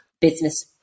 business